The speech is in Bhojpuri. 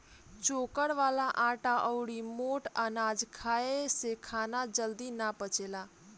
चोकर वाला आटा अउरी मोट अनाज खाए से खाना जल्दी ना पचेला